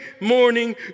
morning